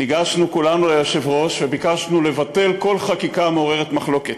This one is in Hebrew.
ניגשנו כולנו ליושב-ראש וביקשנו לבטל כל חקיקה מעוררת מחלוקת,